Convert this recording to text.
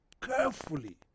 carefully